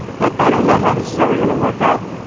like, i don't know how this is ever going to work out.